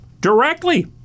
directly